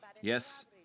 Yes